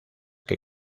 que